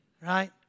Right